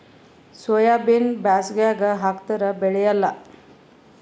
ಸೋಯಾಬಿನ ಬ್ಯಾಸಗ್ಯಾಗ ಹಾಕದರ ಬೆಳಿಯಲ್ಲಾ?